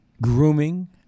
grooming